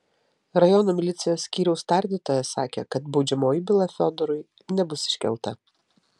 rajono milicijos skyriaus tardytojas sakė kad baudžiamoji byla fiodorui nebus iškelta